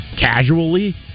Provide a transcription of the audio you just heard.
casually